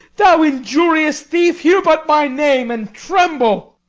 thou injurious thief, hear but my name, and tremble.